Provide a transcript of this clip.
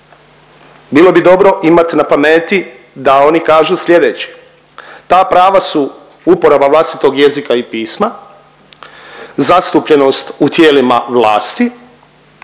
bilo bi dobro imat na pameti da oni kažu slijedeće, ta prava su uporaba vlastitog jezika i pisma, zastupljenost u tijelima vlasti,